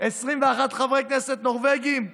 21 חברי כנסת נורבגים,